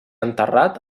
enterrat